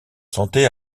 santé